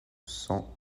cent